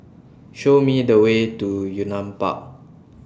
Show Me The Way to Yunnan Park